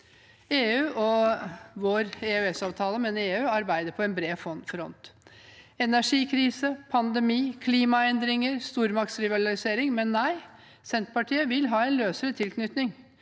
EU og vår EØS-avtale arbeider på en bred front. Det er energikrise, pandemi, klimaendringer og stormaktsrivalisering – men nei, Senterpartiet vil ha en løsere tilknytning.